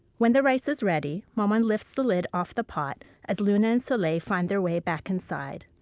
when the rice is ready, maman lifts the lid off the pot as luna and soleil find their way back inside.